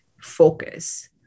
focus